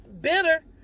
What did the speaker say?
bitter